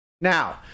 Now